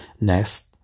Next